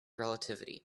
relativity